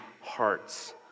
hearts